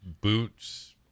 boots